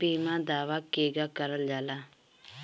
बीमा दावा केगा करल जाला?